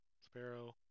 sparrow